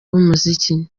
b’umuziki